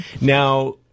Now